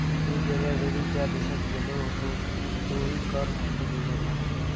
मी गेल्या वेळी ज्या देशात गेलो होतो तोही कर मुक्त देश होता